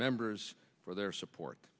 members for their support